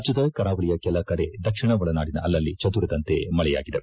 ರಾಜ್ಡದ ಕರಾವಳಿಯ ಕೆಲ ಕಡೆ ದಕ್ಷಿಣ ಒಳನಾಡಿನ ಅಲ್ಲಲ್ಲಿ ಚದುರಿದಂತೆ ಮಳೆಯಾಗಿದೆ